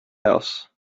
house